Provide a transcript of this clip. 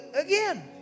again